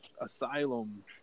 Asylum